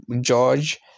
George